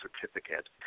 certificate